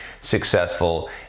successful